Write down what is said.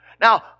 Now